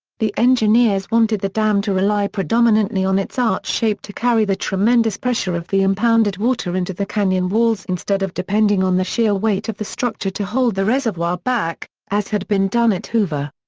the engineers wanted the dam to rely predominantly on its arch shape to carry the tremendous pressure of the impounded water into the canyon walls instead of depending on the sheer weight of the structure to hold the reservoir back, as had been done at hoover.